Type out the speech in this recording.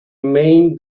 main